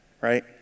right